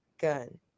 gun